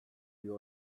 year